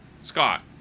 scott